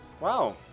Wow